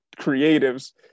creatives